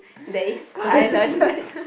there is silence